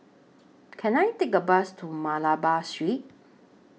Can I Take A Bus to Malabar Street